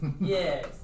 yes